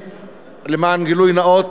למען גילוי נאות,